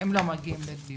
שהם לא יגיעו לדיון.